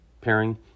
pairing